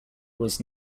was